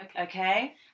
Okay